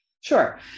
Sure